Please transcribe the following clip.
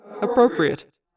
Appropriate